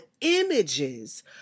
images